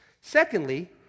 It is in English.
Secondly